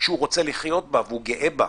שהוא רוצה לחיות בה והוא גאה בה.